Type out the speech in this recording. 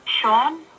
Sean